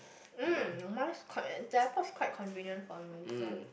mm the airport is quite convenient for me so